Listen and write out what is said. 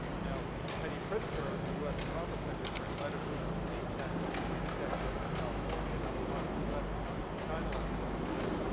now, penny pritzker, the us commerce secretary, led a group of cleantech executives from california and other parts of the us to china last summer and said,